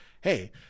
hey